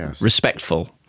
respectful